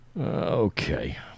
Okay